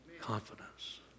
Confidence